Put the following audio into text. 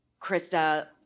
Krista